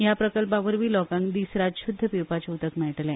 ह्या प्रकल्पावरवी लोकांक दिसरात श्र्ध्द पिवपाचें उदक मेळटले